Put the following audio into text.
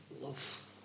love